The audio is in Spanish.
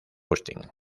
austin